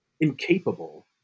incapable